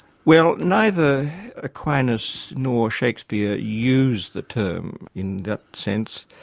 well, neither aquinas nor shakespeare use the term in that sense,